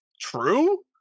true